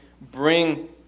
bring